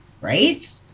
right